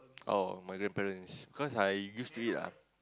oh my grandparents cause I used to it ah